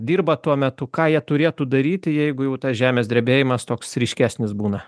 dirba tuo metu ką jie turėtų daryti jeigu jau tas žemės drebėjimas toks ryškesnis būna